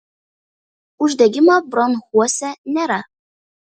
uždegimo bronchuose nėra